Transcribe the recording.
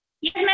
Yes